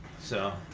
so,